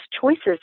choices